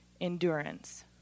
Endurance